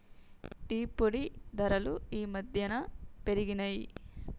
tea పొడి ధరలు ఈ మధ్యన పెరిగినయ్